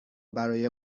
برای